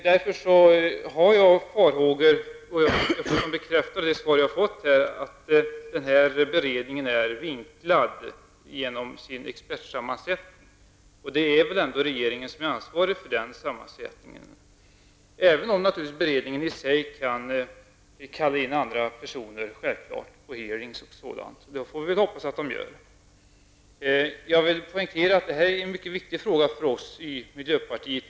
Därför hyser jag farhågan, som också bekräftades i det svar jag fått, att denna berednings expertsammansättning är vinklad. Det är väl ändå regeringen som är ansvarig för denna sammansättning, även om beredningen självfallet kan kalla in och utfråga andra personer, vilket vi får hoppas att den gör. Jag vill poängtera att detta är en mycket viktig fråga för oss i miljöpartiet.